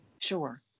Sure